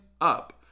up